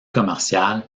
commerciale